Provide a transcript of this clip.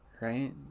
right